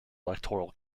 electoral